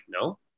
No